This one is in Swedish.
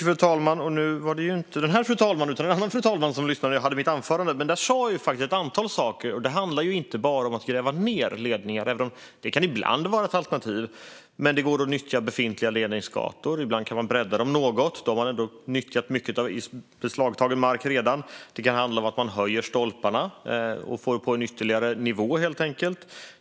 Fru talman! I mitt anförande sa jag faktiskt ett antal saker. Det handlar inte bara om att gräva ned ledningar, även om det ibland kan vara ett alternativ. Det går till exempel att nyttja befintliga ledningsgator - ibland kan man bredda dem något, och då har man nyttjat redan beslagtagen mark. Det kan handla om att man höjer stolparna och helt enkelt får upp det på ytterligare en nivå.